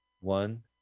one